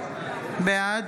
בעד